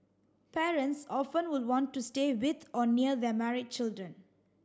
parents often would want to stay with or near their married children